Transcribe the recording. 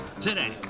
Today